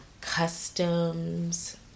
customs